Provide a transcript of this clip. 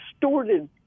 distorted